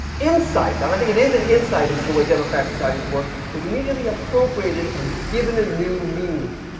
insight and i think it is an insight into the way democratic societies work, was immediately appropriated and given a new meaning.